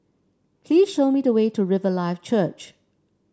please show me the way to Riverlife Church